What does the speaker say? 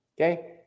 Okay